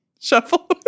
shuffle